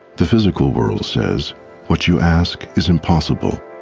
the physical world says what you ask is impossible